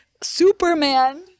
Superman